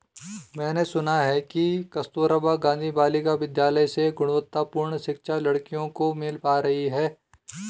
मैंने सुना है कि कस्तूरबा गांधी बालिका विद्यालय से गुणवत्तापूर्ण शिक्षा लड़कियों को मिल पा रही है